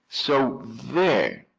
so there!